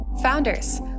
Founders